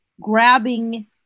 grabbing